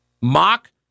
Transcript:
mock